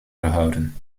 gehouden